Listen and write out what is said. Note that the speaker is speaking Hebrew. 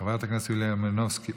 חברת הכנסת יוליה מלינובסקי,